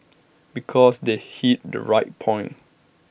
because they hit the right point